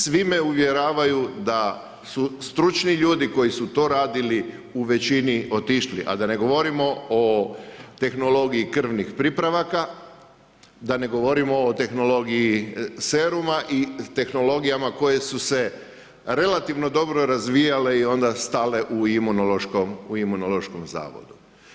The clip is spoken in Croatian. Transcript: Svi me uvjeravaju da su stručni ljudi koji su to radili u većini otišli a da ne govorimo o tehnologiji krvnih pripravaka, da ne govorimo o tehnologiji seruma i tehnologijama koje su se relativno dobro razvijale i onda stale u Imunološkom zavodu.